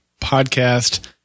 podcast